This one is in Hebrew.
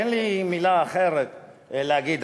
אין לי מילה אחרת להגיד,